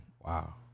Wow